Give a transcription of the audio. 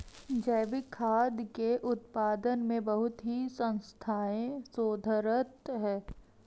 जैविक खाद्य के उत्पादन में बहुत ही संस्थाएं शोधरत हैं